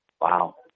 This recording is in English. Wow